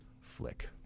flick